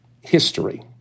history